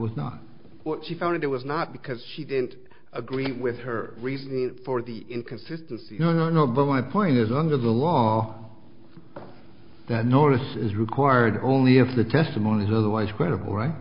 was not what she found it was not because she didn't agree with her reasoning for the inconsistency you know but my point is under the law that notice is required only if the testimony is otherwise credible right